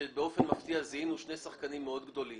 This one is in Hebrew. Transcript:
שבאופן מפתיע זיהינו שני שחקנים גדולים מאוד,